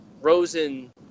Rosen